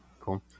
cool